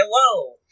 hello